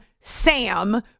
Sam